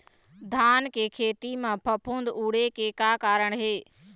धान के खेती म फफूंद उड़े के का कारण हे?